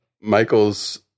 Michael's